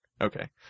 Okay